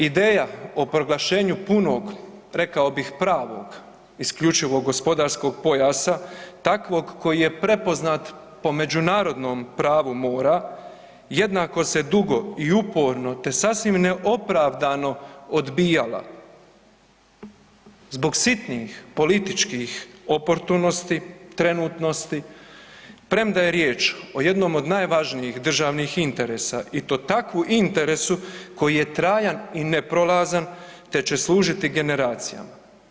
Ideja o proglašenju punog, rekao bih pravog IGP-a takvog koji je prepoznat po međunarodnom pravu mora jednako se dugo i uporno te sasvim neopravdano odbijala, zbog sitnih političkih oportunosti, trenutnosti premda je riječ o jednom od najvažnijih državnih interesa i to takvu interesu koji je trajan i neprolazan te će slušati generacijama.